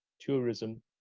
tourism